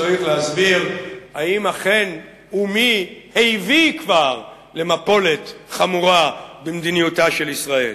צריך להסביר אם אכן היתה ומי הביא כבר למפולת חמורה במדיניותה של ישראל.